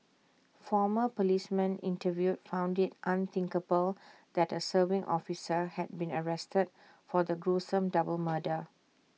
former policemen interviewed found IT unthinkable that A serving officer had been arrested for the gruesome double murder